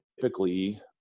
typically